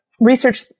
research